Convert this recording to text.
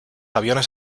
aviones